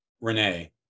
Renee